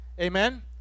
Amen